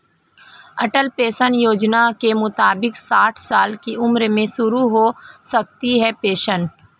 अटल pension योजना के मुताबिक साठ साल की उम्र में शुरू हो सकती है पेंशन